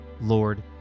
Lord